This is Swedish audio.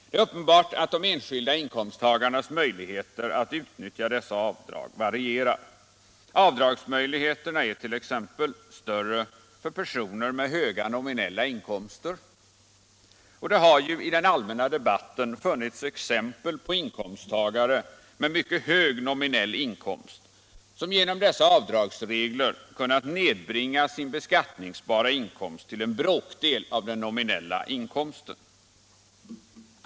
Det är uppenbart att de enskilda inkomsttagarnas möjligheter att utnyttja dessa avdrag varierar. Avdragsmöjligheterna är t.ex. större för personer med höga nominella inkomster, och det har ju i den allmänna debatten funnits exempel på inkomsttagare med mycket hög nominell inkomst som genom dessa avdragsregler har kunnat nedbringa sin beskattningsbara inkomst till en bråkdel av den nominella inkomsten.